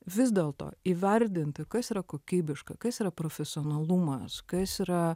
vis dėlto įvardinti kas yra kokybiška kas yra profesionalumas kas yra